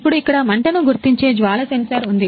ఇప్పుడు ఇక్కడ మంటను గుర్తించే జ్వాల సెన్సార్ ఉంది